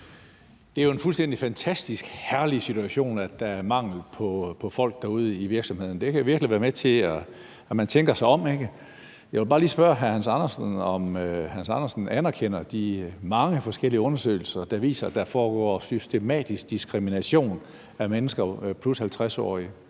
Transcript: fantastisk herligt situation, at der er mangel på folk ude i virksomhederne. Det kan virkelig være med til, at man tænker sig om. Jeg vil bare lige spørge hr. Hans Andersen, om hr. Hans Andersen anerkender de mange forskellige undersøgelser, der viser, at der foregår systematisk diskrimination af +50-årige.